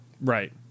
Right